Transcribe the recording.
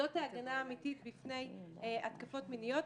זאת ההגנה האמיתית בפני התקפות מיניות.